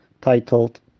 titled